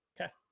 Okay